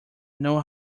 know